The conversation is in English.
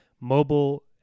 Mobile